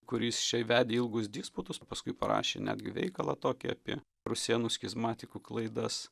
kuris čia vedė ilgus disputus o paskui parašė netgi veikalą tokį apie rusėnų schizmatikų klaidas